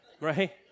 right